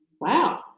wow